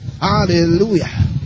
Hallelujah